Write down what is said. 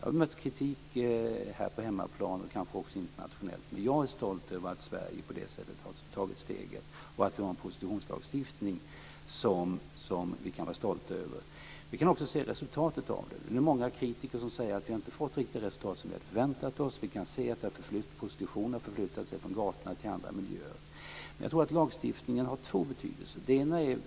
Det har mött kritik här på hemmaplan, och kanske också internationellt. Men jag är stolt över att Sverige på det sättet har tagit steget. Vi har en prostitutionslagstiftning som vi kan vara stolta över. Vi kan också se resultatet av den. Många kritiker säger att vi inte riktigt har fått det resultat som vi hade förväntat oss. Vi kan se att prostitutionen har förflyttats från gatorna till andra miljöer. Men jag tror att lagstiftningen har två betydelser. Den ena är